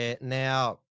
Now